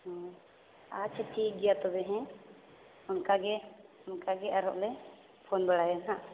ᱦᱳᱭ ᱟᱪᱪᱷᱟ ᱴᱷᱤᱠᱜᱮᱭᱟ ᱛᱚᱵᱮ ᱦᱮᱸ ᱚᱱᱠᱟᱜᱮ ᱚᱱᱠᱟᱜᱮ ᱟᱨᱚᱞᱮ ᱯᱷᱳᱱ ᱵᱟᱲᱟᱭᱟ ᱱᱟᱜᱷ